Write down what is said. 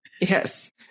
Yes